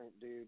dude